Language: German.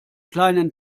kleinen